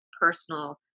personal